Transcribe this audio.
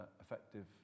effective